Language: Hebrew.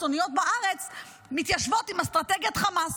הקיצוניות בארץ מתיישבות עם אסטרטגיית חמאס.